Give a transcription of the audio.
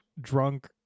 drunk